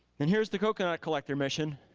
and here's the coconut collector mission.